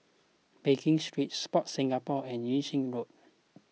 Pekin Street Sport Singapore and Yung Sheng Road